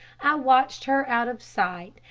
i watched her out of sight,